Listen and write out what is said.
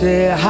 Say